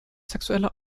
sexuelle